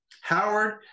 Howard